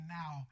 now